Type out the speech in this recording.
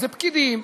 זה פקידים,